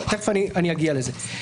ותכף אני אגיע לזה.